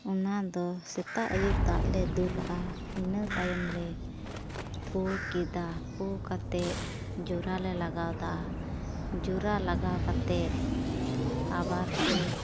ᱚᱱᱟᱫᱚ ᱥᱮᱛᱟᱜ ᱟᱹᱭᱩᱵ ᱫᱟᱜ ᱞᱮ ᱫᱩᱞᱟᱜᱼᱟ ᱤᱱᱟᱹ ᱛᱟᱭᱚᱢ ᱞᱮ ᱯᱩ ᱠᱮᱫᱟ ᱯᱩ ᱠᱟᱛᱮᱫ ᱡᱳᱨᱟ ᱞᱮ ᱞᱟᱜᱟᱣᱟᱫᱟ ᱡᱳᱨᱟ ᱞᱟᱜᱟᱣ ᱠᱟᱛᱮᱫ ᱟᱵᱟᱨ ᱠᱚ